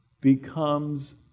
becomes